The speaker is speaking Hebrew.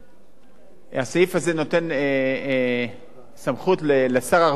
הסעיף הזה נותן סמכות לשר הרווחה